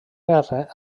guerra